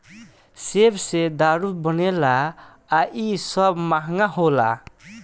सेब से दारू बनेला आ इ सब महंगा होला